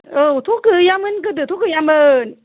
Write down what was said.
औ थ' गैयामोन गोदोथ' गैयामोन